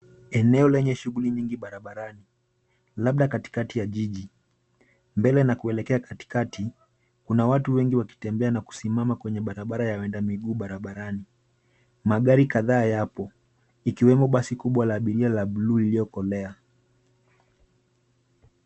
Eneo lenye shughuli nyingi barabarani, labda katikati ya jiji. Mbele na kuelekea katikati, kuna watu wengi wakitembea na kusimama kwenye barabara ya waenda miguu barabarani. Magari kadhaa yapo, ikiwemo basi kubwa la abiria la buluu iliyokolea.